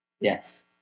Yes